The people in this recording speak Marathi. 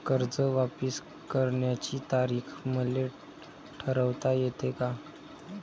कर्ज वापिस करण्याची तारीख मले ठरवता येते का?